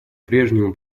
прежнему